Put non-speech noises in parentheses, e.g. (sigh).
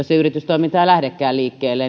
(unintelligible) se yritystoiminta ei lähdekään liikkeelle (unintelligible)